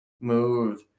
move